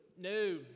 No